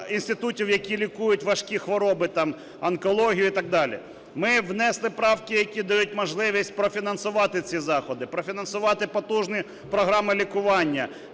інститутів, які лікують важкі хвороби, онкологію і так далі. Ми внесли правки, які дають можливість профінансувати ці заходи, профінансувати потужні програми лікування